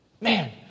Man